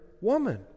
woman